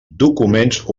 documents